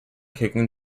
kicking